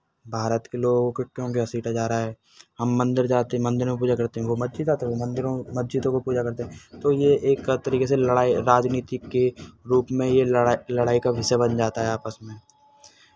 भारत के लोगों को क्यों घसीटा जा रहा है हम मंदिर जाते हैं मंदिरों में पूजा करते हैं वो मस्जिद जाते हैं वो मंदिरों मस्जिदों को पूजा करते हैं तो ये एक तरीके से लड़ाई एक राजनीतिक के रूप में लड़ाई बन जाता है आपस में